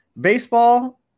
baseball